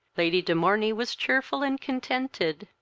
lady de morney was cheerful and contented.